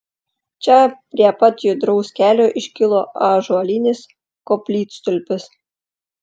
čia prie pat judraus kelio iškilo ąžuolinis koplytstulpis